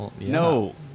No